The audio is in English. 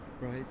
Right